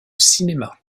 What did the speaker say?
cinéma